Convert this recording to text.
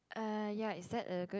uh ya is that a good